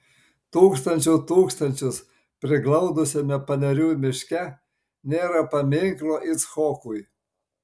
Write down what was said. tūkstančių tūkstančius priglaudusiame panerių miške nėra paminklo icchokui